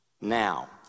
Now